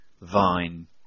vine